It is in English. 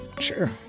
Sure